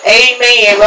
amen